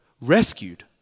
rescued